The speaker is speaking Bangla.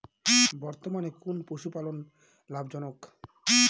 বর্তমানে কোন পশুপালন লাভজনক?